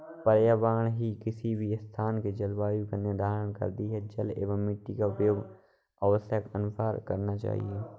पर्यावरण ही किसी भी स्थान के जलवायु का निर्धारण करती हैं जल एंव मिट्टी का उपयोग आवश्यकतानुसार करना चाहिए